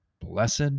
Blessed